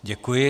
Děkuji.